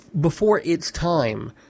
before-its-time